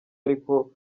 ariko